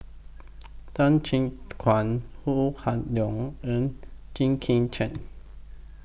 Tan Chin Tuan Ho Kah Leong and Jit Koon Ch'ng